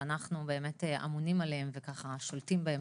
שאנחנו אמונים עליהן ושולטים בהן,